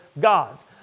gods